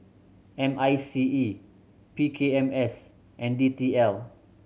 M I C E P K M S and D T L